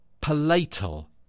palatal